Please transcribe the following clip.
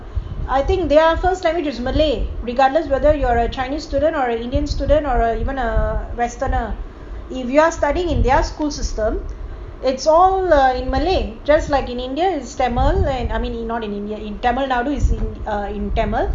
I think their first languages is malay regardless whether you are a chinese student or an indian student or even a westerner if you are studying in their school system it's in malay just like in india is tamil I mean not in india in tamilnadu is in tamil